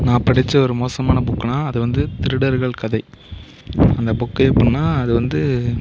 நான் படித்த ஒரு மோசமான புக்குன்னால் அது வந்து திருடர்கள் கதை அந்த புக்கு எப்படின்னா அது வந்து